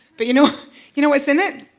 but you know you know what's in it?